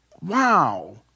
wow